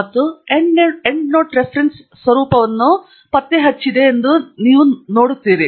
ಮತ್ತು EndNote reference ಸ್ವರೂಪವನ್ನು ಪತ್ತೆಹಚ್ಚಿದೆ ಎಂದು ನೀವು ನೋಡುತ್ತೀರಿ